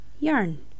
Yarn